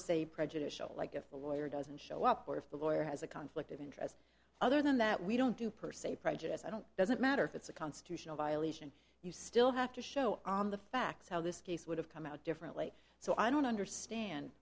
se prejudicial like if a lawyer doesn't show up or if the lawyer has a conflict of interest other than that we don't do per se prejudice i don't doesn't matter if it's a constitutional violation you still have to show on the facts how this case would have come out differently so i don't understand